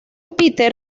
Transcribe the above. peter